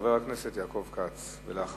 חבר הכנסת יעקב כץ, בבקשה.